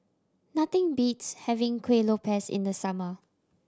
nothing beats having Kuih Lopes in the summer